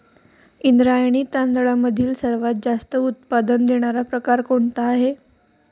इंद्रायणी तांदळामधील सर्वात जास्त उत्पादन देणारा प्रकार कोणता आहे?